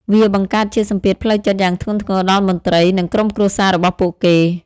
វាបង្កើតជាសម្ពាធផ្លូវចិត្តយ៉ាងធ្ងន់ធ្ងរដល់មន្ត្រី និងក្រុមគ្រួសាររបស់ពួកគេ។